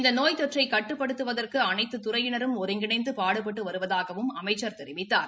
இந்த நோய் தொற்றை கட்டுப்படுத்துவதற்கு அனைத்து துறையினரும் ஒருங்கிணைந்து பாடுபட்டு வருவதாகவும் அமைச்சர் தெரிவித்தார்